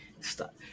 Stop